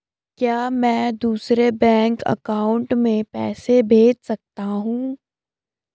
क्या मैं दूसरे बैंक अकाउंट में पैसे भेज सकता हूँ?